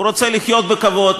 הוא רוצה לחיות בכבוד,